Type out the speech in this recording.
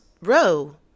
row